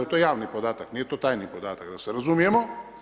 To je javni podatak, nije to tajni podatak da se razumijemo.